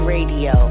Radio